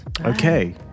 okay